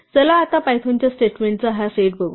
चला आता पायथॉनच्या स्टेटमेंटचा हा सेट बघूया